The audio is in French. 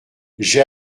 j’ai